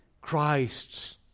Christ's